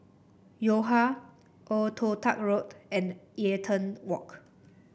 Yo Ha Old Toh Tuck Road and Eaton Walk